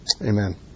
Amen